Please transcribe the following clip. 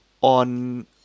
on